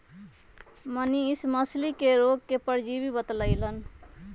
मनीष मछ्ली के रोग के परजीवी बतई लन